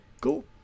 Cool